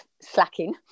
slacking